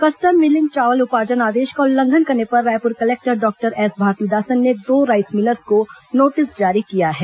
custom milling चावल उपार्जन आदेश का उल्लंघन करने पर Raipur collector doctor S Bharathidasan ने दो राईस मिलर्स को नोटिस जारी किया है